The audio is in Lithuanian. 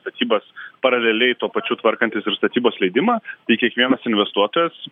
statybas paraleliai tuo pačiu tvarkantis ir statybos leidimą tai kiekvienas investuotojas